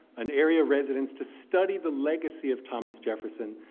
and area residents to study the legacy of thomas jefferson,